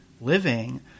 living